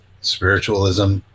spiritualism